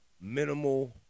minimal